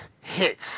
hits